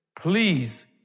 Please